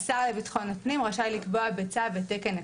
השר לביטחון הפנים רשאי לקבוע בצו את תקן הכליאה.